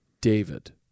David